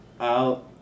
out